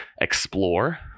explore